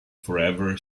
forever